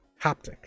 haptic